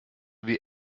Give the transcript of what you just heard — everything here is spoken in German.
wie